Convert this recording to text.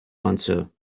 answer